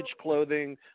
clothing